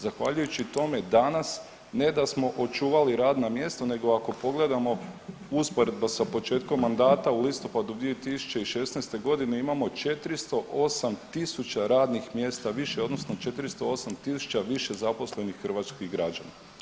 Zahvaljujući tome danas ne da smo očuvali radna mjesta nego ako pogledamo usporedba sa početkom mandata u listopadu 2016.g. imamo 408.000 radnih mjesta više odnosno 408.000 više zaposlenih hrvatskih građana.